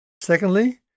Secondly